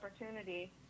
opportunity